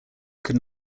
could